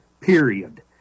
period